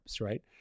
right